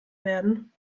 werden